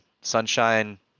sunshine